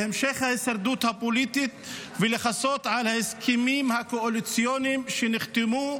להמשך ההישרדות הפוליטית ולכסות על ההסכמים הקואליציוניים שנחתמו,